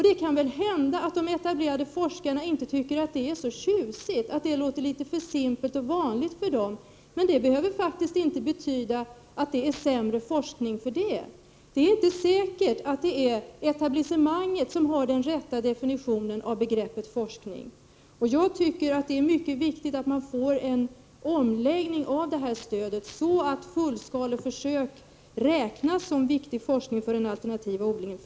Det kan hända att de etablerade forskarna inte tycker att det är särskilt tjusigt, att det låter alltför simpelt och vanligt för dem, men det behöver faktiskt inte betyda att det är sämre forskning för det. Det är inte säkert att det är etablissemanget som har den rätta definitionen av begreppet forskning. Jag tycker att det är mycket viktigt att det här stödet läggs om, så att fullskaleförsök räknas som viktig forskning för den alternativa odlingen.